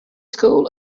school